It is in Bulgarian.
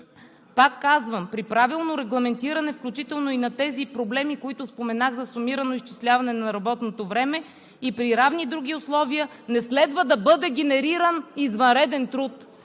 „Пак казвам, при правилно регламентиране, включително и на тези проблеми, които споменах, за сумирано изчисляване на работното време и при равни други условия не следва да бъде генериран извънреден труд.“